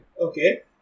Okay